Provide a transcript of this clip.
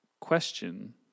question